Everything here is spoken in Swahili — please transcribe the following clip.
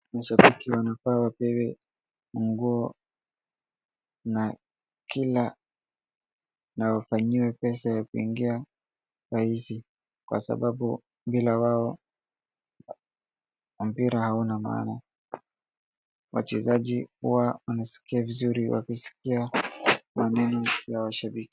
Mashabiki wanafaa wapewe nguo na kila wanayofanyiwa pesa ya kuingia rahisi, kwa sababu bila wao mpira hauna maana. Wachezaji huwa wanasikia vizuri wakisikia maneno ya mashabiki.